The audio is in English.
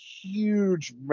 huge